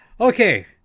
Okay